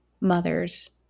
mothers